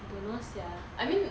I don't know sia I mean